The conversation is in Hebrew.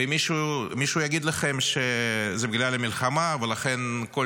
ואם מישהו יגיד לכם שזה בגלל המלחמה ולכן כל